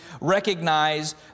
recognize